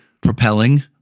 propelling